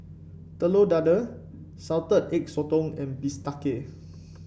Telur Dadah Salted Egg Sotong and bistake